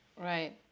Right